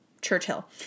Churchill